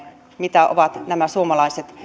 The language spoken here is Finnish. mitä ovat nämä suomalaiset